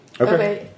Okay